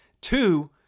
Two-